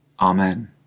Amen